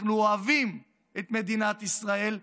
אנחנו אוהבים את מדינת ישראל,